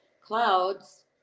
clouds